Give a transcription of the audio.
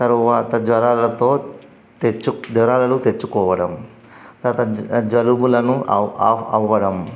తరువాత జ్వరాలతో తెచ్చు జ్వరాలను తెచ్చుకోవడం తరువాత జలుబులను అవడం